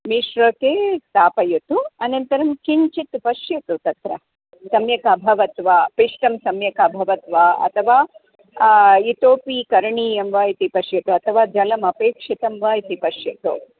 मिश्रके स्थापयतु अनन्तरं किञ्चित् पश्यतु तत्र सम्यक् अभवत् वा पिष्टं सम्यक् अभवत् वा अथवा इतोपि करणीयं वा इति पश्यतु अथवा जलम् अपेक्षितं वा इति पश्यतु